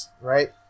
Right